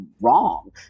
wrong